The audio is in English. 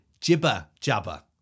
jibber-jabber